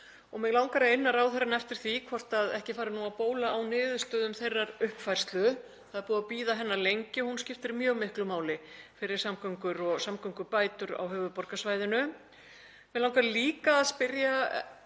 og mig langar að inna ráðherrann eftir því hvort ekki fari að bóla á niðurstöðum þeirrar uppfærslu. Það hefur lengi verið beðið eftir henni og hún skiptir mjög miklu máli fyrir samgöngur og samgöngubætur á höfuðborgarsvæðinu.